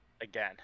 Again